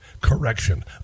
Correction